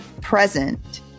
present